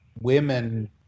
women